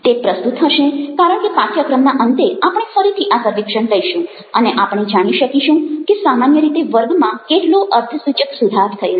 તે પ્રસ્તુત હશે કારણ કે પાઠ્યક્રમના અંતે આપણે ફરીથી આ સર્વેક્ષણ લાઈશું અને આપણે જાણી શકીશું છે સામાન્ય રીતે વર્ગમાં કેટલો અર્થસૂચક સુધાર થયેલ છે